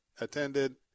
attended